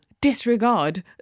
disregard